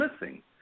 missing